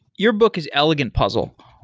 your book is elegant puzzle.